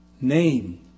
name